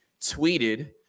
tweeted